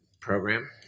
program